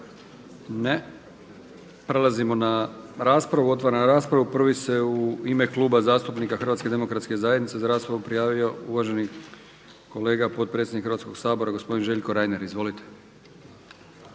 Ne. Prelazimo na raspravu. Otvaram raspravu. Prvi se u ime Kluba zastupnika HDZ-a za raspravu prijavio uvaženi kolega potpredsjednik Hrvatskoga sabora, gospodin Željko Reiner. **Reiner,